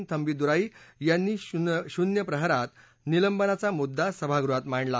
थंबीदुराई यांनी शून्य प्रहरात निलंबनाचा मुद्दा सभागृहात मांडला